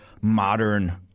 modern